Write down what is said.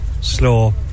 slow